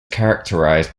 characterized